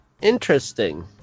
Interesting